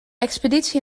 expeditie